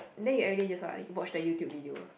then you everyday just what like watch the YouTube video ah